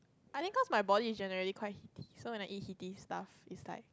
I think cause my body is generally quite heaty so when I eat heaty stuff it's like